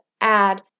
add